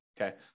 Okay